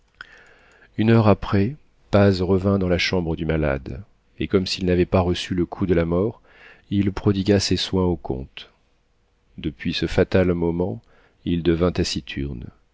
une heure après paz revint dans la chambre du malade et comme s'il n'avait pas reçu le coup de la mort il prodigua ses soins au comte depuis ce fatal moment il devint